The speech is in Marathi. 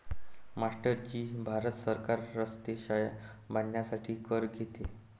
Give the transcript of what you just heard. मास्टर जी भारत सरकार रस्ते, शाळा बांधण्यासाठी कर घेते